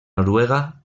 noruega